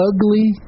Ugly